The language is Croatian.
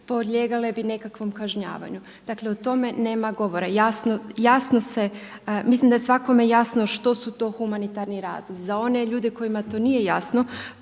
podlijegale bi nekakvom kažnjavanju. Dakle o tome nema govora. Jasno se, mislim da je svakome jasno što su to humanitarni razlozi. Za one ljude kojima to nije jasno